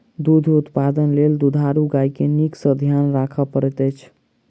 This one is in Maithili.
दूध उत्पादन लेल दुधारू गाय के नीक सॅ ध्यान राखय पड़ैत अछि